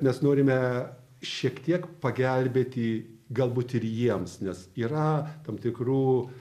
mes norime šiek tiek pagelbėti galbūt ir jiems nes yra tam tikrų